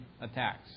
attacks